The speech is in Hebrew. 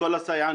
כל הסייענים?